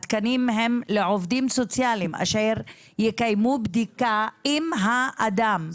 התקנים הם לעובדים סוציאליים אשר יקיימו בדיקה אם האדם,